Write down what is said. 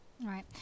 right